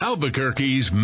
Albuquerque's